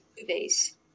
movies